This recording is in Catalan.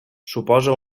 suposa